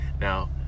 now